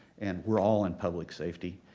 and we're all in public safety,